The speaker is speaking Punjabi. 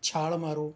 ਛਾਲ ਮਾਰੋ